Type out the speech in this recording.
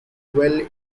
well